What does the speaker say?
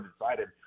decided